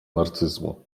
narcyzmu